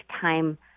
time